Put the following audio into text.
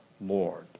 Lord